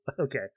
Okay